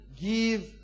give